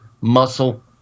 muscle